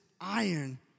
iron